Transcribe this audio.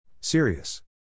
Serious